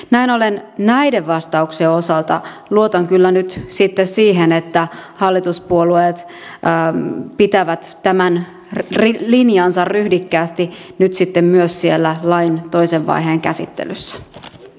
näin ollen näiden vastauksien osalta luotan kyllä nyt siihen että hallituspuolueet pitävät tämän linjansa ryhdikkäästi myös lain toisen vaiheen käsittelyssä